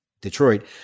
Detroit